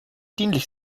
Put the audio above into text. dienlich